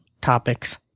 topics